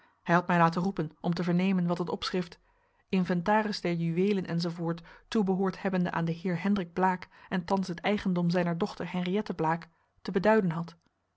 hij had mij laten roepen om te vernemen wat het opschrift inventaris der juweelen enz toebehoord hebbende aan den heer hendrik blaek en thans het eigendom zijner dochter henriëtte blaek te beduiden had